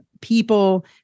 people